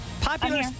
Popular